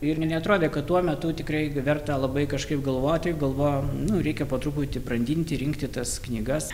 ir ne neatrodė kad tuo metu tikrai verta labai kažkaip galvoti galvoju nu reikia po truputį brandinti rinkti tas knygas